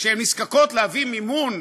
כשהן נזקקות להביא מימון,